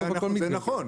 זה נכון.